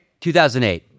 2008